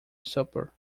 supper